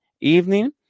evening